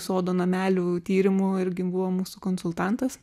sodo namelių tyrimu irgi buvo mūsų konsultantas